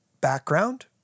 background